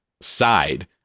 side